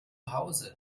hause